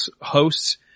hosts